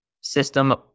system